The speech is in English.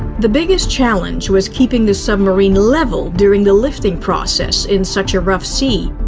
the biggest challenge was keeping the submarine level during the lifting process in such a rough sea.